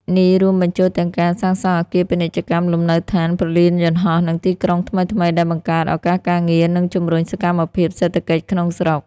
នេះរួមបញ្ចូលទាំងការសាងសង់អគារពាណិជ្ជកម្ម លំនៅឋាន ព្រលានយន្តហោះ និងទីក្រុងថ្មីៗ ដែលបង្កើតឱកាសការងារ និងជំរុញសកម្មភាពសេដ្ឋកិច្ចក្នុងស្រុក។